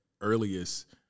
earliest